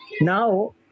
Now